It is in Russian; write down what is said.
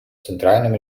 центральным